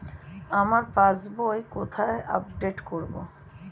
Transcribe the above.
আমার পাস বই কোথায় আপডেট করব?